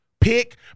pick